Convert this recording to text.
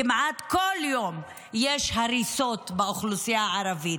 כמעט כל יום יש הריסות באוכלוסייה הערבית.